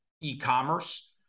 e-commerce